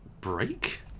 break